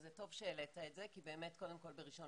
טוב שהעלית את זה כי באמת קודם כל בראשון